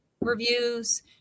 reviews